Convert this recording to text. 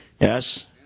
yes